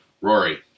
rory